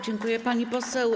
Dziękuję, pani poseł.